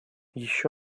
еще